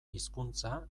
hizkuntza